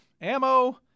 ammo